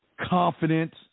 confident